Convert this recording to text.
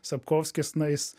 sapkovskis na jis